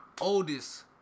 oldest